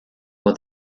voz